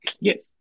Yes